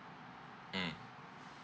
mm